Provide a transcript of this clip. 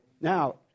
Now